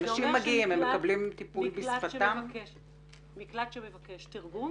זה אומר שמקלט שמבקש תרגום,